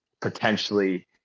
potentially